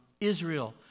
Israel